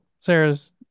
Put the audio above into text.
sarah's